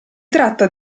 tratta